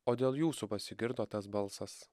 o dėl jūsų pasigirdo tas balsas